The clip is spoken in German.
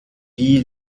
wie